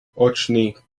očný